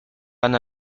van